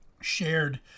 shared